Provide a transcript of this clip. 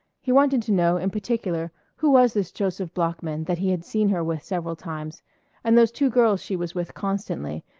he wanted to know, in particular, who was this joseph bloeckman that he had seen her with several times and those two girls she was with constantly,